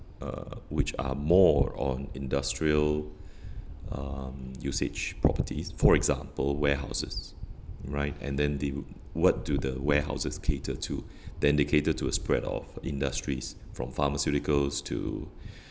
uh which are more on industrial um usage properties for example warehouses right and then they w~ what do the warehouses cater to then they cater to a spread of industries from pharmaceuticals to